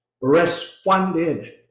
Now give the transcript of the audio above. responded